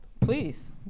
Please